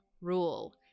rule